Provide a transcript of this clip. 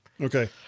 okay